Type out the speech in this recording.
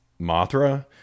Mothra